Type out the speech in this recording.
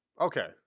Okay